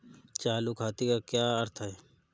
चालू खाते का क्या अर्थ है?